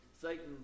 Satan